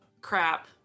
crap